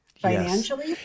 financially